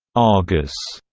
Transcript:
argus,